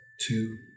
two